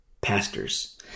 pastors